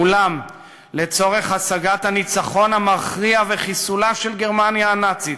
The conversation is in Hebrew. אולם לצורך השגת הניצחון המכריע וחיסולה של גרמניה הנאצית